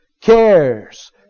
cares